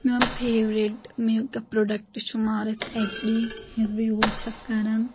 میون favourite make up product چھُ Mars H D یُس بہٕ یوٗز چھس کران